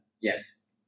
Yes